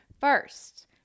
First